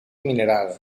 mineral